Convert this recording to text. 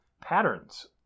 patterns